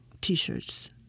t-shirts